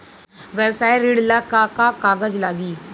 व्यवसाय ऋण ला का का कागज लागी?